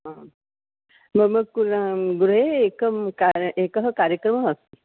आं मम क् गृहे एकं कार्य एकः कार्यक्रमः अस्ति